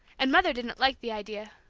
and mother didn't like the idea.